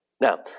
Now